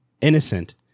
innocent